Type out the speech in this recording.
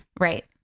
right